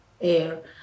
air